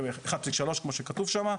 כמו שכתוב שם,